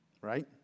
right